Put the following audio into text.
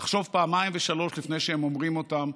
לחשוב פעמיים ושלוש לפני שהם אומרים אותם.